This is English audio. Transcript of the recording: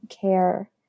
care